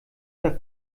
der